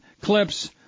clips